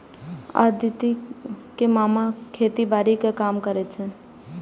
अदिति के मामा खेतीबाड़ी के काम करै छै